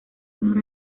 mejor